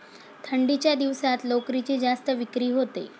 थंडीच्या दिवसात लोकरीची जास्त विक्री होते